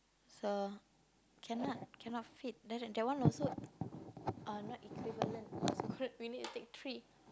so cannot cannot fit then that one also uh not equivalent we need to take tree